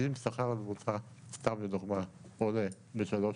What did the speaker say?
אם השכר הממוצע עולה ב-3%,